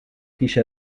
پیش